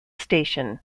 station